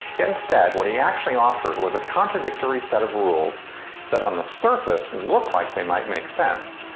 instead, what he actually offered was a contradictory set of rules that on the surface looked like they might make sense,